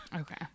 Okay